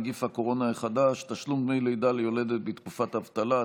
נגיף הקורונה החדש) (תשלום דמי לידה ליולדת בתקופת אבטלה),